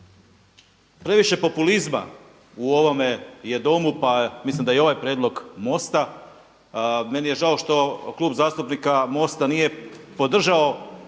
Previše populizma u ovome je Domu, pa mislim da i ovaj prijedlog MOST-a. Meni je žao što Klub zastupnika MOST-a nije podržao